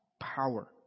power